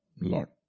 Lord